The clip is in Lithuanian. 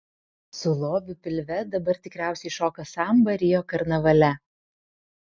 su lobiu pilve dabar tikriausiai šoka sambą rio karnavale